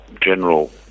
general